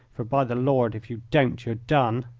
for by the lord if you don't, you're done.